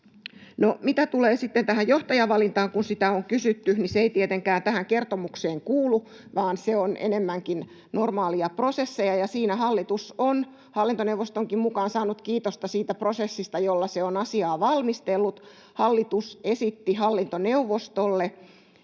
mitä tulee tähän johtajavalintaan, kun sitä on kysytty, niin se ei tietenkään tähän kertomukseen kuulu vaan se on enemmänkin normaalia prosessia, ja siinä hallitus on hallintoneuvostonkin mukaan saanut kiitosta siitä prosessista, jolla se on asiaa valmistellut. Hallitus esitti hallintoneuvostolle